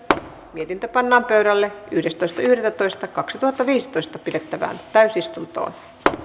mietintö pannaan pöydälle yhdestoista yhdettätoista kaksituhattaviisitoista pidettävään täysistuntoon